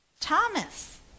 Thomas